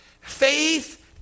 Faith